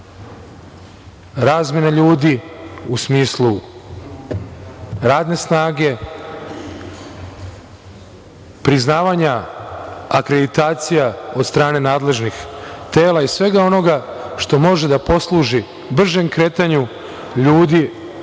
razmene ljudi u smislu radne snage, priznavanja akreditacija od strane nadležnih tela i svega onoga što može da posluži bržem kretanju ljudi,